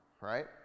right